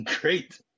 great